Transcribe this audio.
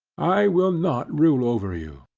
i will not rule over you,